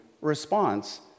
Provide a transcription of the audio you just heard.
response